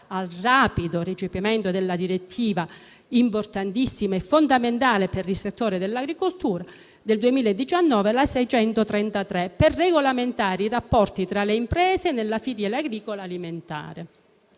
al rapido recepimento della direttiva - importantissima per il settore dell'agricoltura - n. 633 del 2019 per regolamentare i rapporti tra le imprese nella filiera agricola e alimentare.